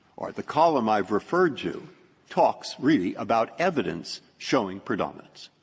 the column i've referred to talks really about evidence showing predominance.